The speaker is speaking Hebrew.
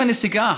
עם הנסיגה